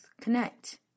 connect